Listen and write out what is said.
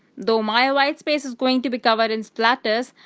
though my white space is going to be covered in splatters,